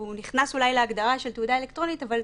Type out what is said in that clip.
נכנס אולי להגדרה של "תעודה אלקטרונית" אבל,